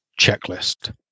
checklist